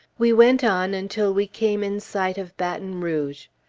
we went on until we came in sight of baton rouge.